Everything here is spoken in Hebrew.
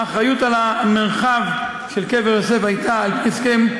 האחריות למרחב של קבר יוסף הייתה על-פי הסכם,